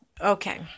okay